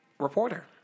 reporter